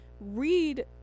read